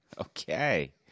Okay